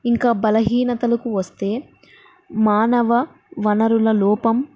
ఇంకా బలహీనతలకు వస్తే మానవ వనరుల లోపం